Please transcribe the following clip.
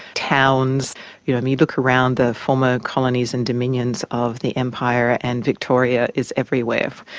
towns you know, you look around the former colonies and dominions of the empire and victoria is everywhere.